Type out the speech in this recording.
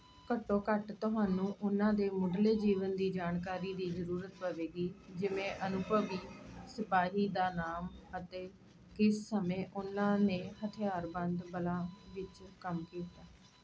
ਘੱਟੋ ਘੱਟ ਤੁਹਾਨੂੰ ਉਹਨਾਂ ਦੇ ਮੁੱਢਲੇ ਜੀਵਨ ਦੀ ਜਾਣਕਾਰੀ ਦੀ ਜ਼ਰੂਰਤ ਪਵੇਗੀ ਜਿਵੇਂ ਅਨੁਭਵੀ ਸਿਪਾਹੀ ਦਾ ਨਾਮ ਅਤੇ ਕਿਸ ਸਮੇਂ ਉਹਨਾਂ ਨੇ ਹਥਿਆਰਬੰਦ ਬਲਾਂ ਵਿੱਚ ਕੰਮ ਕੀਤਾ